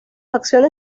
acciones